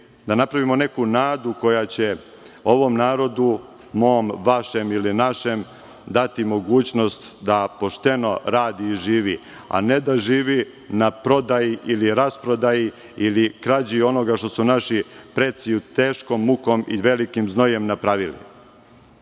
da napravimo neku nadu koja će ovom narodu, mom, vašem ili našem, dati mogućnost da pošteno radi i živi, a ne da živi na prodaji ili rasprodaji ili krađi onoga što su naši preci teškom mukom i velikim znojem napravili.